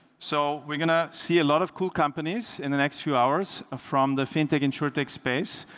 so we're gonna see a lot of cool companies in the next few hours from the fintech insurer tech space